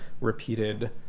repeated